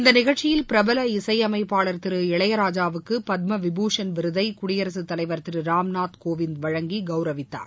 இந்த நிகழ்ச்சியில் பிரபல இசையமைப்பாளர் திரு இளையராஜாவுக்கு பத்மவிபூஷன் விருதை குடியரசுத் தலைவர் திரு ராம்நாத் கோவிந்த் வழங்கி கவுரவித்தார்